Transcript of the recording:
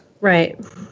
Right